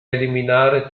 eliminare